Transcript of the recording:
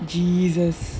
jesus